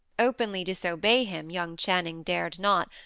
openly disobey him, young channing dared not,